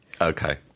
Okay